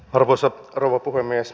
arvoisa rouva puhemies